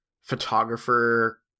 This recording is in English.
photographer